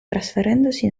trasferendosi